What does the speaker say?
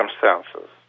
circumstances